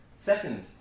Second